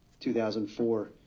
2004